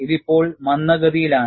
ഇത് ഇപ്പോൾ മന്ദഗതിയിലാണ്